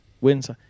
Wins